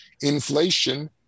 inflation